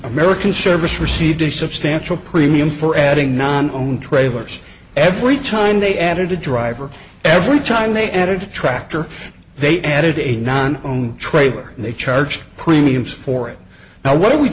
american service received a substantial premium for adding non on trailers every time they added a driver every time they added a tractor they added a non on trade or they charge premiums for it now what are we